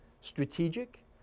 strategic